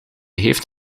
heeft